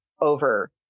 over